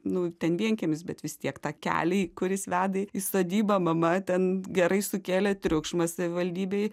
nu ten vienkiemis bet vis tiek takelį kuris veda į sodybą mama ten gerai sukėlė triukšmą savivaldybėj